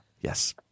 Yes